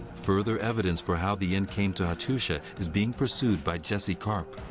further evidence for how the end came to hattusha is being pursued by jesse karp.